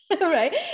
right